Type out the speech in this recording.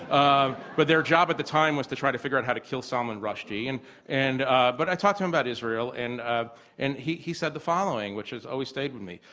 um but their job at the time was to try to figure out how to kill salman rushdie. and and ah but i talked to him about israel. and ah and he he said the following, which has always stayed with me.